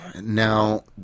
Now